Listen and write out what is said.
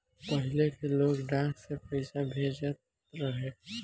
पहिले के लोग डाक से पईसा भेजत रहे